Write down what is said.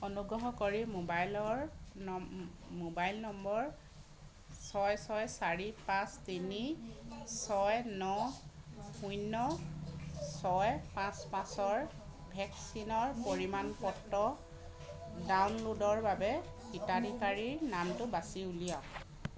অনুগ্ৰহ কৰি মোবাইলৰ নম মোবাইল নম্বৰ ছয় ছয় চাৰি পাঁচ তিনি ছয় ন শূন্য ছয় পাঁচ পাঁচৰ ভেকচিনৰ পৰিমাণ পত্ৰ ডাউনলোডৰ বাবে হিতাধিকাৰীৰ নামটো বাচি উলিয়াওক